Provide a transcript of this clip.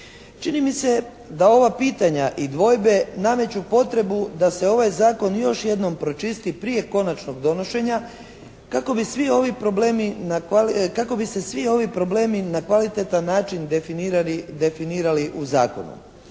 Čini mi se da ova pitanja i dvojbe nameću potrebu da se ovaj zakon još jednom pročisti prije konačnog donošenja kako bi svi ovi problemi, kako bi se svi ovi problemi na kvalitetan način definirali u zakonu.